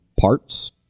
parts